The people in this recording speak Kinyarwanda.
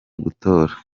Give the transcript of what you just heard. gutora